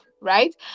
Right